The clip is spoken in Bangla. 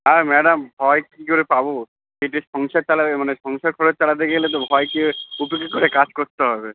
আর ম্যাডাম ভয় কী করে পাব এ দিয়ে সংসার চালাবে মানে সংসার খরচ চালাতে গেলে তো ভয়কে উপেক্ষা করে কাজ করতে হবে